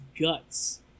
Guts